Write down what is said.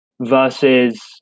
versus